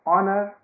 Honor